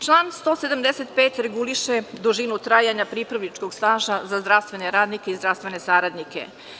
Član 175. reguliše dužinu trajanja pripravničkog staža, zdravstvene radnike i zdravstvene saradnike.